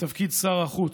לתפקיד שר החוץ,